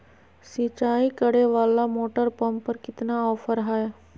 सिंचाई करे वाला मोटर पंप पर कितना ऑफर हाय?